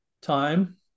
time